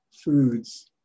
foods